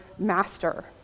master